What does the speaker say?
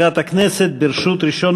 עמר בר-לב,